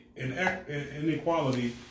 inequality